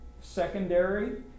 secondary